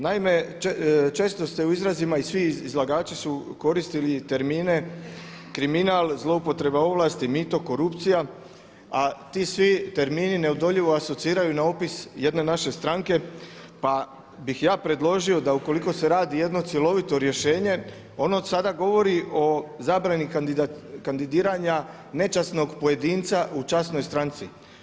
Naime, često ste u izrazima i svi izlagači su koristili termine kriminal, zloupotreba ovlasti, mito, korupcija a ti svi termini neodoljivo asociraju na opis jedne naše stranke pa bih ja predložio da ukoliko se radi jedna cjelovito rješenje, ono od sada govorio o zabrani kandidiranja nečasnog pojedinca u časnoj stranci.